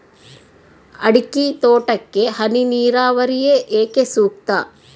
ಅಡಿಕೆ ತೋಟಕ್ಕೆ ಹನಿ ನೇರಾವರಿಯೇ ಏಕೆ ಸೂಕ್ತ?